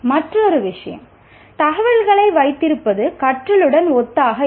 மற்றொரு விஷயம் தகவல்களை வைத்திருப்பது கற்றலுடன் ஒத்ததாக இல்லை